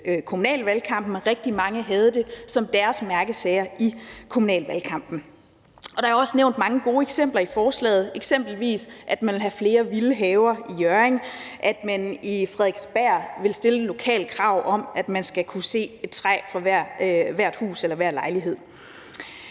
Rigtig mange havde det som deres mærkesag i kommunalvalgkampen. Der er også nævnt mange gode eksempler i forslaget, eksempelvis at man vil have flere vilde haver i Hjørring, og at man på Frederiksberg vil stille et lokalt krav om, at man skal kunne se et træ fra hvert hus eller hver lejlighed.